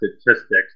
statistics